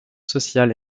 sociales